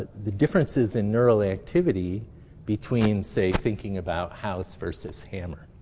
the differences in neural activity between, say, thinking about house versus hammer.